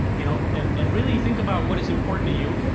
you know and and really think about what is important to you,